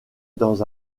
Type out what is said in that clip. dans